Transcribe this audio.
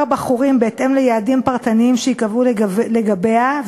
בחורים בהתאם ליעדים פרטניים שייקבעו לגביה,